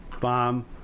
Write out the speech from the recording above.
bomb